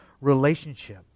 relationship